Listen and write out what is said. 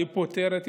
היא פותרת.